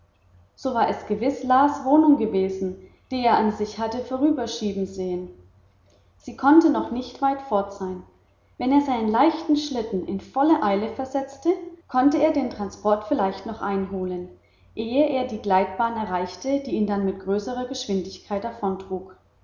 so war es gewiß las wohnung gewesen die er an sich hatte vorüberschieben sehen sie konnte noch nicht weit fort sein wenn er seinen leichten schlitten in volle eile versetzte konnte er den transport vielleicht noch einholen ehe er die gleitbahn erreichte die ihn dann mit größter geschwindigkeit